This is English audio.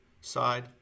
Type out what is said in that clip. side